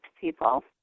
people